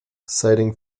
citing